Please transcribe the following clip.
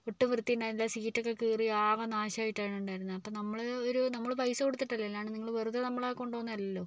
ഒട്ടും വൃത്തിയുണ്ടായിരുന്നില്ല സീറ്റ് ഒക്കെ കീറി ആകെ നാശമായിട്ടാണ് ഉണ്ടായിരുന്നത് നമ്മൾ ഒരു നമ്മൾ പൈസ കൊടുത്തിട്ടല്ലേ അല്ലാണ്ട് നിങ്ങൾ വെറുതെ നമ്മളെ കൊണ്ടു പോകുന്നതല്ലല്ലോ